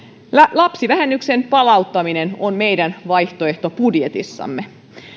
lapsivähennyksen palauttaminen on meidän vaihtoehtobudjetissamme